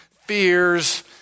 fears